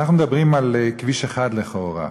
אנחנו מדברים על כביש אחד, לכאורה.